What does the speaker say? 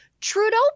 Trudeau